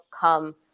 come